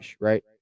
right